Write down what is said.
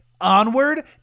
onward